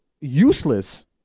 useless